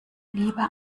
lieber